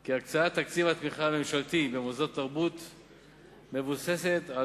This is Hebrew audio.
כי הקצאת תקציב התמיכה הממשלתי מבוססת על